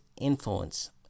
influence